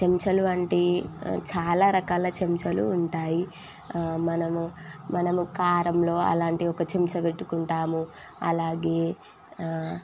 చెంచాలు అంటే చాలా రకాల చెంచాలు ఉంటాయి మనము మనము కారంలో అలాంటి ఒక చెంచా పెట్టుకుంటాము అలాగే